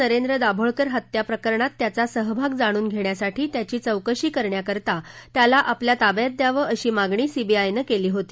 नरेंद्र दाभोळकर हत्या प्रकरणात त्याचा सहभाग जाणून घेण्यासाठी त्याची चौकशी करण्याकरता त्याला आपल्या ताब्यात द्यावं अशी मागणी सीबीआयनं केली होती